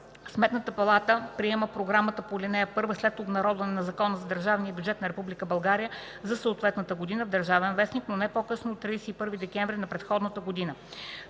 Сметната палата приема програмата по ал. 1 след обнародване на Закона за държавния бюджет на Република България за съответната година в „Държавен вестник”, но не по-късно от 31 декември на предходната година.